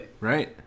right